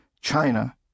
China